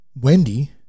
Wendy